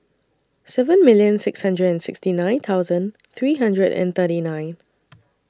seven million six hundred and sixty nine thousand three hundred and thirty nine